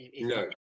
no